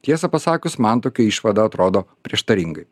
tiesą pasakius man tokia išvada atrodo prieštaringai